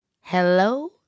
Hello